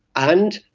and,